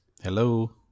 Hello